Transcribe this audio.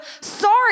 Sorry